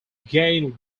gain